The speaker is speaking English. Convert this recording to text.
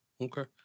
okay